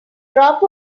drop